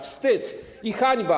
Wstyd i hańba.